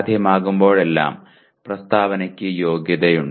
സാധ്യമാകുമ്പോഴെല്ലാം പ്രസ്താവനയ്ക്ക് യോഗ്യതയുണ്ട്